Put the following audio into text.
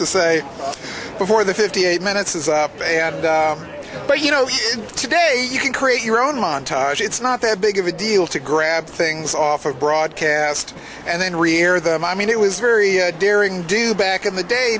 to say before the fifty eight minutes is up but you know today you can create your own montage it's not that big of a deal to grab things off of broadcast and then rear them i mean it was very daring do back in the day